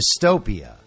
dystopia